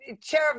Chair